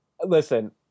Listen